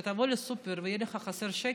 אתה תבוא לסופר ויהיה חסר לך שקל,